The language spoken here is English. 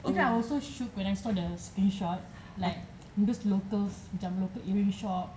because I was so shook when I saw the screenshot like those locals macam local earring shop